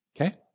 Okay